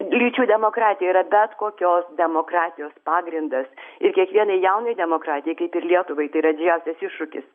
lyčių demokratija yra bet kokios demokratijos pagrindas ir kiekvienai jaunai demokratijai kaip ir lietuvai tai yra didžiausias iššūkis